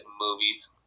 movies